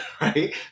right